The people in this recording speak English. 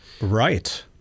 right